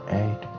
eight